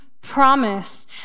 promise